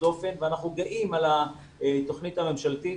דופן ואנחנו גאים על התוכנית הממשלתית.